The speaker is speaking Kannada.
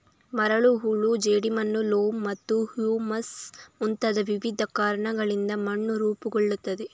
ಮರಳು, ಹೂಳು, ಜೇಡಿಮಣ್ಣು, ಲೋಮ್ ಮತ್ತು ಹ್ಯೂಮಸ್ ಮುಂತಾದ ವಿವಿಧ ಕಣಗಳಿಂದ ಮಣ್ಣು ರೂಪುಗೊಳ್ಳುತ್ತದೆ